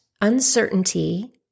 Uncertainty